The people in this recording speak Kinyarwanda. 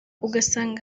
ugasanga